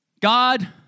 God